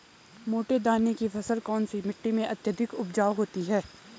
मोटे दाने की फसल कौन सी मिट्टी में अत्यधिक उपजाऊ होती है?